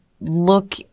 look